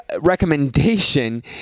recommendation